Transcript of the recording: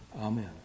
Amen